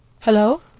Hello